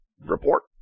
report